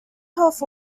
health